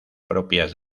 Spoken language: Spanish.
propias